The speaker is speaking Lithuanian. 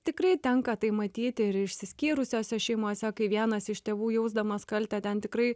tikrai tenka tai matyti ir išsiskyrusiose šeimose kai vienas iš tėvų jausdamas kaltę ten tikrai